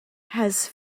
has